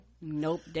nope